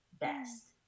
best